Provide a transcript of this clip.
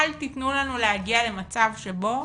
אל תתנו לנו להגיע למצב שבו